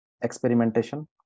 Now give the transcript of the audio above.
experimentation